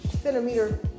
centimeter